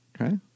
Okay